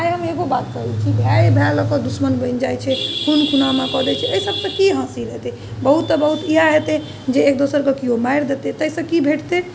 आइ हम एगो बात कहै छी भाइए भाइ लऽ कऽ दुश्मन बनि जाइ छै खून खुनामा कऽ दै छै एहि सबसँ की हासिल हेतै बहुत तऽ बहुत इएह हेतै जे एक दोसरके किओ मारि देतै ताहिसँ की भेटतै